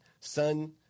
son